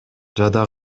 жада